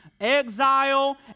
exile